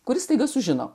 kuris staiga sužino